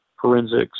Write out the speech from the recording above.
Forensics